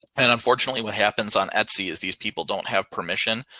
and unfortunately, what happens on etsy is these people don't have permission.